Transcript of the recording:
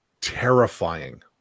terrifying